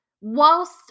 Whilst